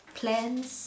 plans